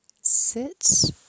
sit